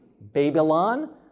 Babylon